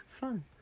fun